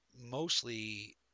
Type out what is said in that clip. mostly